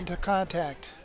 into contact